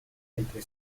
entre